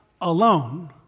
alone